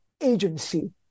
agency